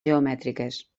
geomètriques